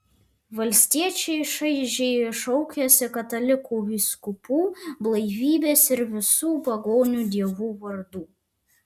valstiečiai šaižiai šaukiasi katalikų vyskupų blaivybės ir visų pagonių dievų vardų